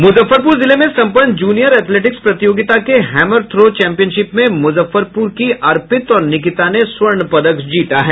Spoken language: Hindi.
मुजफ्फरपुर जिले में संपन्न जूनियर एथलेटिक्स प्रतियोगिता के हैमर थ्रो चैंपियनशिप में मुजफ्फरपुर की अर्पित और निकिता ने स्वर्ण पदक जीता है